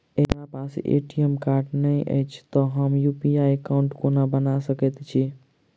हमरा पास ATM card नहि अछि तए हम यु.पी.आई एकॉउन्ट कोना बना सकैत छी